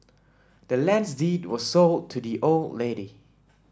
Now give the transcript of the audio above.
the land's deed was sold to the old lady